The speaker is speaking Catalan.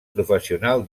professional